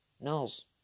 knows